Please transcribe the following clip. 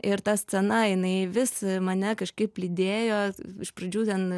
ir ta scena jinai vis mane kažkaip lydėjo iš pradžių ten